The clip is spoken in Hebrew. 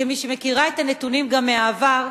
כמי שמכירה את הנתונים גם מהעבר,